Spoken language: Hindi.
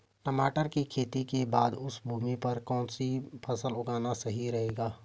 टमाटर की खेती के बाद उस भूमि पर कौन सी फसल उगाना सही रहेगा?